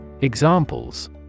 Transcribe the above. Examples